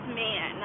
man